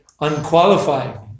unqualified